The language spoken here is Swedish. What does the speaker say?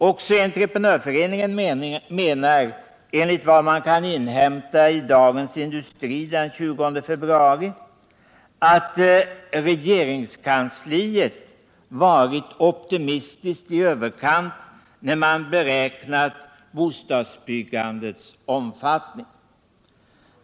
Också Entreprenörföreningen menar, enligt vad man kan inhämta i Dagens Industri den 20 februari, att regeringskansliet varit optimistiskt i överkant när bostadsbyggandets omfattning beräknats.